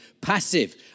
passive